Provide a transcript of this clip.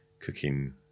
cooking